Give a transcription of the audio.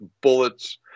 bullets